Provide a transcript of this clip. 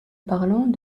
parlant